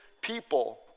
people